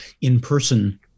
in-person